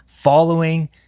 following